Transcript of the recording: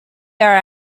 are